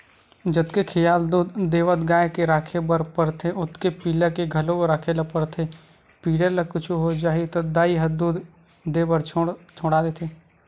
जतके खियाल दूद देवत गाय के राखे बर परथे ओतके पिला के घलोक राखे ल परथे पिला ल कुछु हो जाही त दाई ह दूद देबर छोड़ा देथे